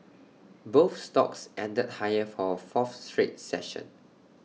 both stocks ended higher for A fourth straight session